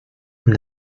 from